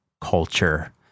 culture